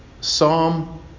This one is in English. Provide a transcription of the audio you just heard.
Psalm